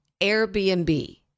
Airbnb